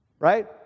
right